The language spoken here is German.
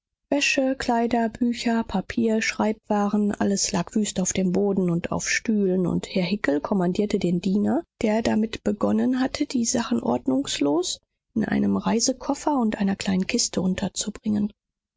wäsche kleider bücher papier spielwaren alles lag wüst auf dem boden und auf stühlen und herr hickel kommandierte den diener der damit begonnen hatte die sachen ordnungslos in einem reisekoffer und einer kleinen kiste unterzubringen